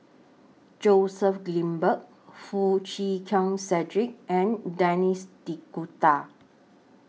Joseph Grimberg Foo Chee Keng Cedric and Denis D'Cotta